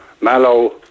Mallow